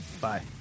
Bye